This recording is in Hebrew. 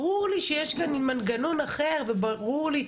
ברור לי שיש כאן מנגנון אחר וברור לי,